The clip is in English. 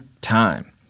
time